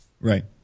Right